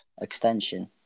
extension